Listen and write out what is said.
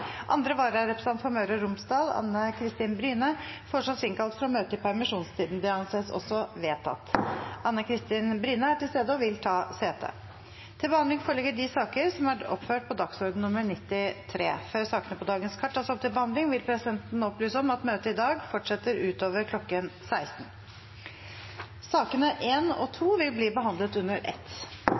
Andre vararepresentant for Møre og Romsdal, Anne Kristin Bryne , innkalles for å møte i permisjonstiden. Anne Kristin Bryne er til stede og vil ta sete. Før sakene på dagens kart tas opp til behandling, vil presidenten opplyse om at møtet i dag fortsetter utover kl. 16. Sakene nr. 1 og 2 vil bli behandlet under ett.